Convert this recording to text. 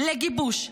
לגיבוש,